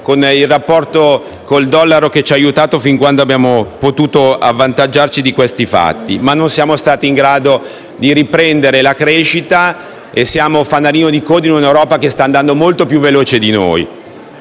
il rapporto con il dollaro che ci ha aiutato fin quando abbiamo potuto avvantaggiarcene. Ma non siamo stati in grado di riprendere la crescita e siamo fanalino di coda in un'Europa che sta andando molto più veloce di noi.